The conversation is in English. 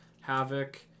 Havoc